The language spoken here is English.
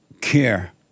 care